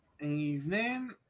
Evening